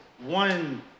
one